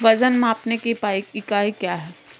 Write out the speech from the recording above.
वजन मापने की इकाई क्या है?